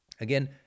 Again